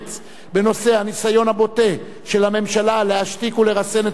הניסיון הבוטה של הממשלה להשתיק ולרסן את המחאה החברתית,